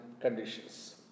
conditions